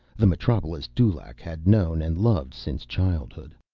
the metropolis dulaq had known and loved since childhood.